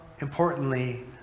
importantly